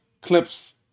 clips